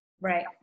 right